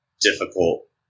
difficult